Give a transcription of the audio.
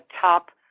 top